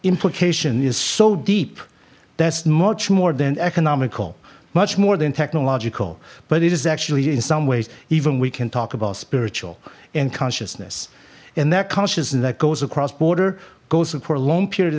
implication is so deep that's much more than economical much more than technological but it is actually in some ways even we can talk about spiritual in consciousness in that consciousness that goes across border goes in for a long period